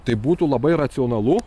tai būtų labai racionalu